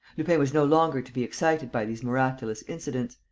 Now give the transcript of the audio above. lupin was no longer to be excited by these miraculous incidents.